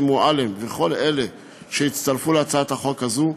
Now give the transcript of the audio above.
מועלם וכל אלה שהצטרפו להצעת החוק הזאת.